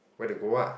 where to go ah